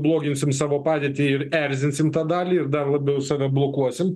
bloginsim savo padėtį ir erzinsim tą dalį ir dar labiau save blokuosim